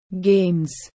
games